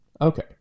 Okay